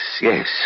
yes